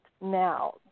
now